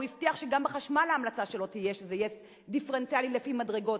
והוא הבטיח שגם בחשמל ההמלצה שלו תהיה שזה יהיה דיפרנציאלי לפי מדרגות.